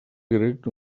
grec